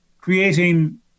creating